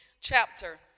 chapter